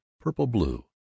purple-blue